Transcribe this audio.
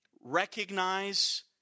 recognize